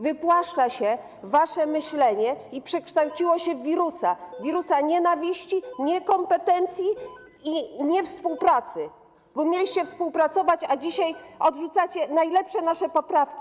Wypłaszcza się wasze myślenie i przekształciło się w wirusa, wirusa nienawiści, niekompetencji i niewspółpracy, bo mieliście współpracować, a dzisiaj odrzucacie najlepsze nasze poprawki.